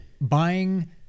buying